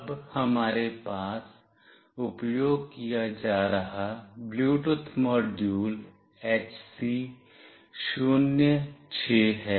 अब हमारे द्वारा उपयोग किया जा रहा ब्लूटूथ मॉड्यूल HC 06 है